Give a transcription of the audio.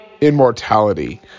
Immortality